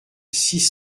six